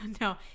No